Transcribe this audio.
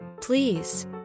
Please